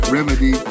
Remedy